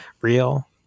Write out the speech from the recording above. real